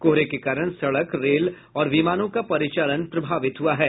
कोहरे के कारण सड़क रेल और विमानों का परिचालन प्रभावित हुआ है